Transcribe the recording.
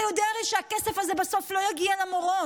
אתה הרי יודע שהכסף הזה בסוף לא יגיע למורות.